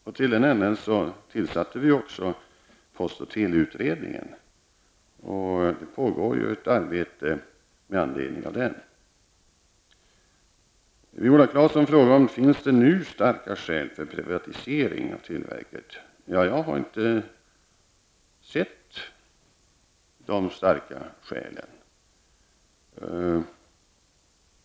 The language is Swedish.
Därför har vi tillsatt post och teleutredningen. Det pågår ett arbete med anledning av den. Viola Claesson frågade om det finns starka skäl för privatisering. Jag har inte sett sådana starka skäl.